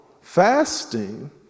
fasting